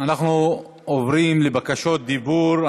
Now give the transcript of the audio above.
אנחנו עוברים לבקשות דיבור.